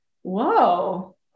Whoa